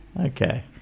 okay